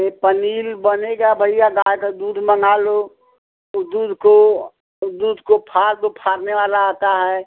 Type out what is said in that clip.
ये पनीर बनेगा बढ़िया गाय का दूध मँगा लो ओ दूध को ओ दूध को फाड़ दो फाड़ने वाला आता है